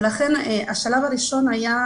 לכן השלב הראשון היה